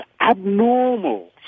abnormal